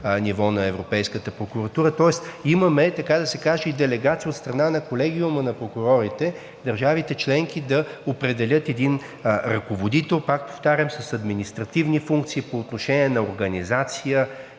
на Европейската прокуратура.“ Тоест имаме, така да се каже, и делегати от страна на Колегиума на прокурорите. Държавите членки да определят един ръководител, пак повтарям, с административни функции по отношение на организация